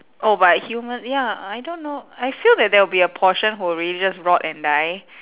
oh but human ya I don't know I feel that there'll be a portion who will really just rot and die